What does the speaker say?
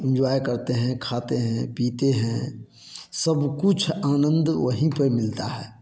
enjoy करते हैं खाते हैं पीते हैं सब कुछ आनंद वही पर मिलता है